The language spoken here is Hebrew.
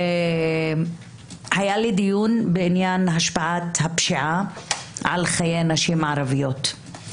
היה לי דיון בעניין השפעת הפשיעה על חיי נשים ערביות.